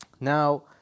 Now